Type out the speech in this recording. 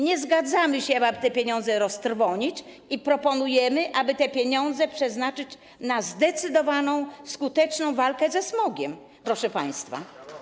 Nie zgadzamy się, aby te pieniądze roztrwonić, i proponujemy, aby je przeznaczyć na zdecydowaną, skuteczną walkę ze smogiem, proszę państwa.